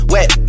Wet